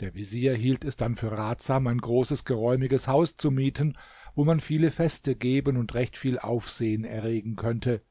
der vezier hielt es dann für ratsam ein großes geräumiges haus zu mieten wo man viele feste geben und recht viel aufsehen erregen könnte